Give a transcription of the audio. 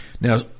Now